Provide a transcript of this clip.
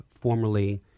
formerly